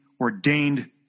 ordained